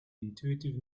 intuitive